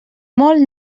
molt